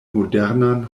modernan